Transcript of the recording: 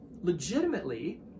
legitimately